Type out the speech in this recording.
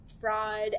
fraud